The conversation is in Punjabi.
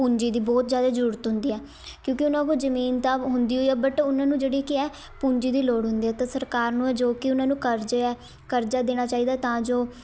ਪੂੰਜੀ ਦੀ ਬਹੁਤ ਜ਼ਿਆਦਾ ਜ਼ਰੂਰਤ ਹੁੰਦੀ ਆ ਕਿਉਂਕਿ ਉਹਨਾਂ ਕੋਲ ਜ਼ਮੀਨ ਤਾਂ ਹੁੰਦੀ ਹੋਈ ਆ ਬਟ ਉਹਨਾਂ ਨੂੰ ਜਿਹੜੀ ਕੀ ਹੈ ਪੂੰਜੀ ਦੀ ਲੋੜ ਹੁੰਦੀ ਆ ਤਾਂ ਸਰਕਾਰ ਨੂੰ ਹੈ ਜੋ ਕਿ ਉਹਨਾਂ ਨੂੰ ਕਰਜ਼ੇ ਹੈ ਕਰਜ਼ਾ ਦੇਣਾ ਚਾਹੀਦਾ ਤਾਂ ਜੋ